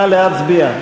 נא להצביע.